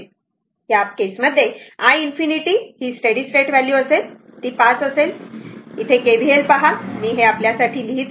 तर त्या प्रकरणात i ∞ हि स्टेडी स्टेट व्हॅल्यू असेल ती 5 असेल KVL पहा हे मी आपल्यासाठी लिहित आहे